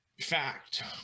fact